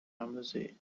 آموزی